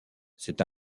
c’est